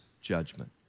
judgment